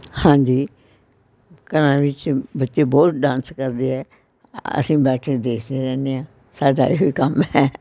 ਹਾਂਜੀ ਘਰਾਂ ਵਿੱਚ ਬੱਚੇ ਬਹੁਤ ਡਾਂਸ ਕਰਦੇ ਹੈ ਅਸੀਂ ਬੈਠੇ ਦੇਖਦੇ ਰਹਿੰਦੇ ਹਾਂ ਸਾਡਾ ਇਹੋ ਹੀ ਕੰਮ ਹੈ